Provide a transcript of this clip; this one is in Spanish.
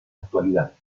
actualidad